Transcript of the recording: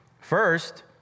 First